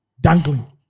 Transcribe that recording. dangling